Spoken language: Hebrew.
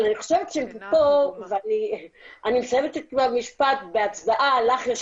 אבל אני חושבת שפה אני מסיימת את המשפט בהצדעה לך,